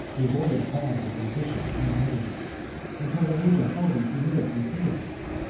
he avoided the paths of ambition and avarice and till the age of forty he lived with innocence,